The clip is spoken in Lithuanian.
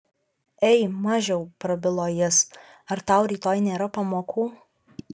ei mažiau prabilo jis ar tau rytoj nėra pamokų